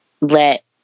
let